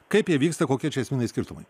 kaip jie vyksta kokie čia esminiai skirtumai